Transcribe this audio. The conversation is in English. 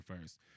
first